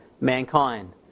mankind